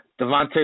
Devontae